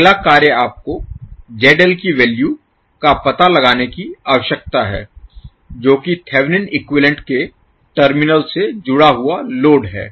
अगला कार्य आपको ZL की वैल्यू का पता लगाने की आवश्यकता है जो कि थेवेनिन इक्विवैलेन्ट के टर्मिनल से जुड़ा हुआ लोड है